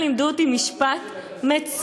והם לימדו אותי משפט מצוין.